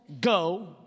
go